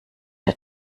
der